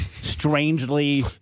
strangely